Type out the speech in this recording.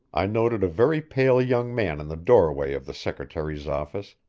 i noted a very pale young man in the doorway of the secretary's office,